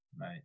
right